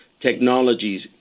technologies